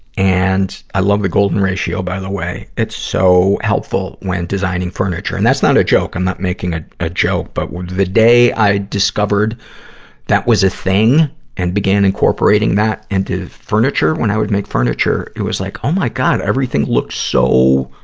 and, i love the golden ratio, by the way. it's so helpful when designing furniture and that's not a joke. i'm not making a, a joke. but the day i discovered that was a thing and began incorporating that into furniture, when i would make furniture, it was like, oh my god! everything looks so,